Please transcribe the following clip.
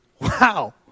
Wow